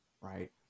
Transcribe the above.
right